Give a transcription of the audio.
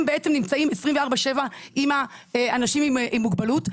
הם בעצם נמצאים 24/7 עם האנשים עם המוגבלות.